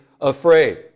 afraid